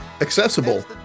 accessible